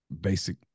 basic